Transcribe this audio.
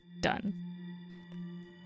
done